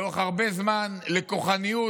לאורך הרבה זמן, לכוחניות.